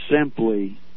simply